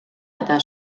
eta